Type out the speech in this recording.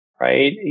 right